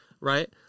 right